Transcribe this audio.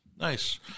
Nice